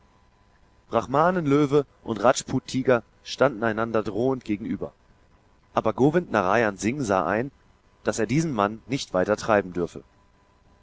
brahmanen löwe und rajput tiger standen einander drohend gegenüber aber govind narayan singh sah ein daß er diesen mann nicht weiter treiben dürfe